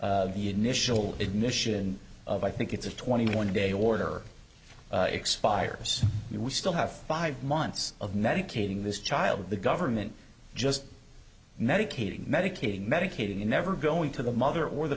where the initial admission of i think it's a twenty one day order expires we still have five months of medicating this child the government just medicating medicating medicating and never going to the mother or the